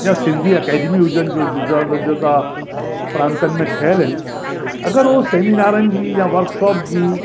या सिंधी अकेडमियूं हुजनि जो जो जो तव्हां प्रांतनि में ठहियल आहिनि अगरि उहो सेमिनारनि जी या वर्कशॉप जी